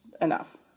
enough